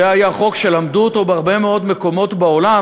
זה היה חוק שלמדו אותו בהרבה מאוד מקומות בעולם,